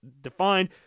defined